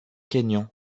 kényan